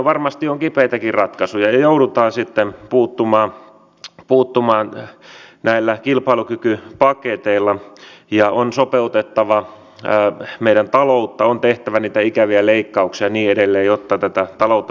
myönteistä on se että nimenomaan venäjän kaupan osalta juuri viikko pari sitten työ ja elinkeinoministeriössä on aloitettu valmistelu siitä että yrityksille annettavien vientipalveluiden parantamista aiotaan voimakkaasti tehostaa nimenomaan venäjälle